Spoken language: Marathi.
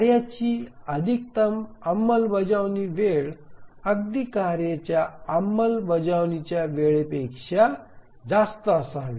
कार्यांची अधिकतम अंमलबजावणी वेळ अगदी कार्येच्या अंमलबजावणीच्या वेळेपेक्षा ती f जास्त असावी